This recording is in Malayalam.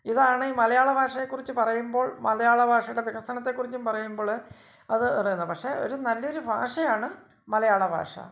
ഇതാണ് ഈ മലയാളഭാഷയെക്കുറിച്ച് പറയുമ്പോൾ മലയാളഭാഷയുടെ വികസനത്തെക്കുറിച്ചും പറയുമ്പോള് അത് പക്ഷേ നല്ലൊരു ഭാഷയാണ് മലയാളഭാഷ